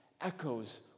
echoes